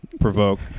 provoke